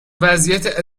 وضعیت